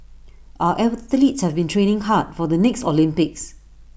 our athletes have been training hard for the next Olympics